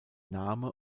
name